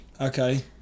Okay